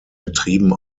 betrieben